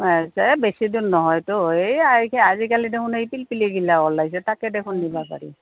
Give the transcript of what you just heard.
বেছি দূৰ নহয়তো এই আজিকালি দেখোন এই পিলপিলিগিলা ওলাইছে তাকে দেখোন নিবা পাৰি